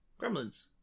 Gremlins